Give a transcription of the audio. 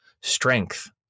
strength